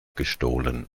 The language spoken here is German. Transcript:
gestohlen